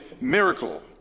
miracle